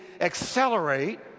accelerate